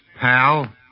pal